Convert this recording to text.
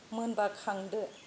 मोनबा खांदो